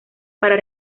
para